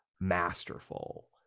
masterful